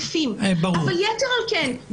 יתר על כן,